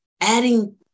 adding